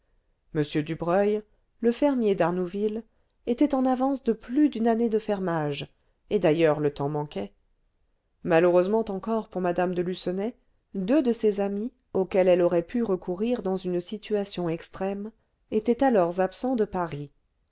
m dubreuil le fermier d'arnouville était en avance de plus d'une année de fermage et d'ailleurs le temps manquait malheureusement encore pour mme de lucenay deux de ses amis auxquels elle aurait pu recourir dans une situation extrême étaient alors absents de paris